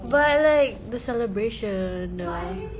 but like the celebration the